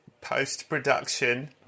post-production